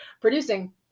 producing